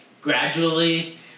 gradually